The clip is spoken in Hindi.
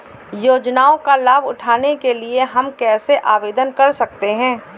योजनाओं का लाभ उठाने के लिए हम कैसे आवेदन कर सकते हैं?